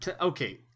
Okay